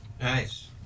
Nice